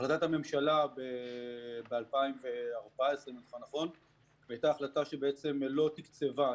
החלטת הממשלה מ-2014 הייתה החלטה שלא תקצבה,